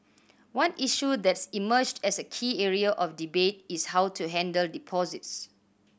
one issue that's emerged as a key area of debate is how to handle deposits